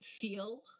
feel